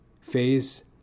phase